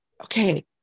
okay